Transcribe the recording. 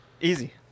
Easy